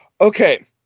Okay